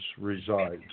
resides